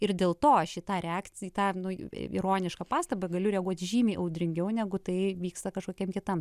ir dėl to aš į tą reakciją į tą nu ironišką pastabą galiu reaguoti žymiai audringiau negu tai vyksta kažkokiam kitam